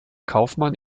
kaufmann